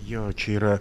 jo čia yra